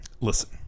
Listen